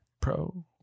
pro